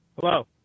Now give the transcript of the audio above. Hello